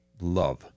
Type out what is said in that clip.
love